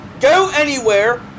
go-anywhere